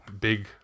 big